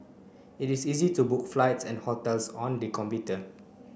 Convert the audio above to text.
it is easy to book flights and hotels on the computer